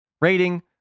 Rating